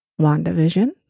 WandaVision